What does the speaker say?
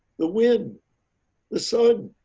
the when the sun